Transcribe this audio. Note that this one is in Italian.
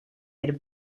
per